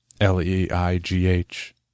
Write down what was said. L-E-I-G-H